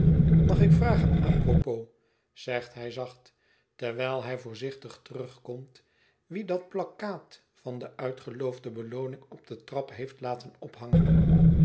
mag ik vragen apropos zegt hij zacht terwijl hij voorzichtig terugkomt wie dat plakkaat van de uitgeloofde belooning op de trap heeft laten ophangen